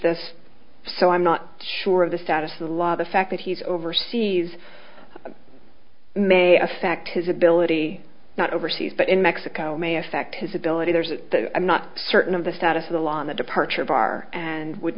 this so i'm not sure of the status of the law the fact that he's overseas may affect his ability not overseas but in mexico may affect his ability there i'm not certain of the status of the law in the departure of our and would